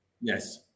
Yes